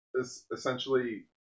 Essentially